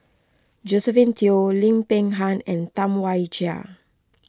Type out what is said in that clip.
Josephine Teo Lim Peng Han and Tam Wai Jia